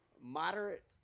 moderate